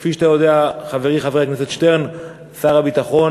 כפי שאתה יודע, חברי חבר הכנסת שטרן, שר הביטחון